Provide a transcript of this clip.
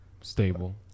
Stable